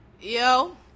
Yo